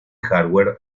hardware